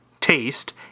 taste